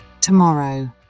tomorrow